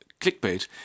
clickbait